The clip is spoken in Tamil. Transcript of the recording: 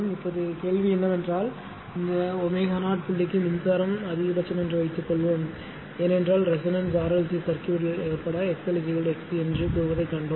இப்போது கேள்வி என்னவென்றால் இந்த ω0 புள்ளிற்கு மின்சாரம் அதிகபட்சம் என்று வைத்துக்கொள்வோம் ஏனென்றால் ரெசோனன்ஸ் RLC சர்க்யூட்ல் ஏற்பட XL XC என்று கூறுவதைக் கண்டோம்